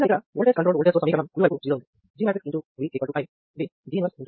చివరగా ఇక్కడ voltage control voltage source సమీకరణం కుడివైపు '0' ఉంది